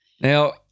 Now